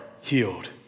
healed